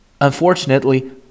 Unfortunately